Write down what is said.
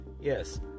Yes